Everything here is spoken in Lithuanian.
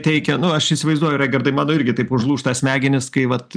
teikia nu aš įsivaizduoju raigardai mano irgi taip užlūžta smegenys kai vat